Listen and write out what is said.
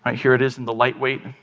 here it is in the lightweight,